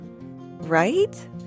Right